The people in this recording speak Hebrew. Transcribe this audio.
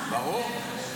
ברור.